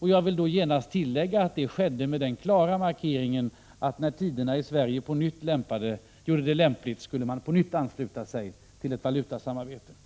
Jag vill då omedelbart tillägga att det skedde med den klara markeringen att när tiderna i Sverige på nytt gjorde det lämpligt skulle vi ansluta oss till valutasamarbetet igen.